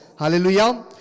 Hallelujah